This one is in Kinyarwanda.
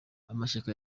amashyaka